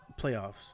playoffs